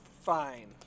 fine